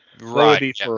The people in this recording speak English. right